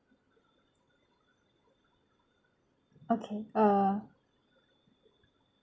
okay err